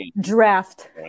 draft